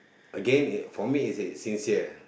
again it for me it is sincere